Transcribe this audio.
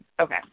Okay